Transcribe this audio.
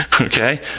Okay